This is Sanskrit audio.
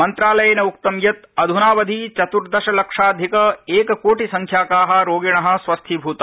मन्त्रालयेन उक्त यत् अध्नावधि चतुर्दश लक्षाधिक एककोटि संख्याका रोगिण स्वस्थीभूता